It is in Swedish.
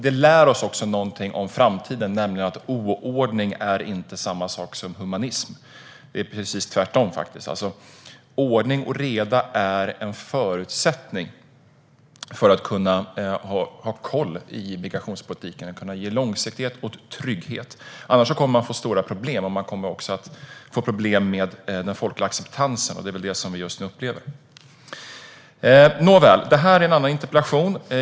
Det lär oss också något om framtiden, nämligen att oordning inte är samma sak som humanism. Det är precis tvärtom. Ordning och reda är en förutsättning för att kunna ha koll i migrationspolitiken, för att ge långsiktighet och trygghet. Annars kommer det att bli stora problem, och det kommer att bli problem med den folkliga acceptansen. Det är vad vi just nu upplever. Nåväl! Det här är en annan interpellation.